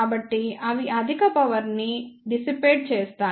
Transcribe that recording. కాబట్టి అవి అధిక పవర్ ని వెదజల్లుతాయి